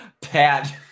Pat